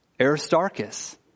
Aristarchus